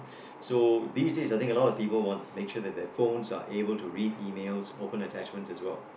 so this is I think a lot of people want make sure that their phones are able to read emails open attachments as well